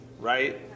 right